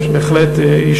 תודה, אדוני היושב-ראש.